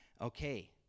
okay